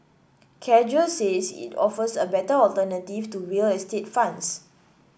Cadre says it offers a better alternative to real estate funds